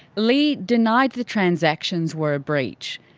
leigh denied the transactions were a breach.